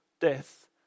death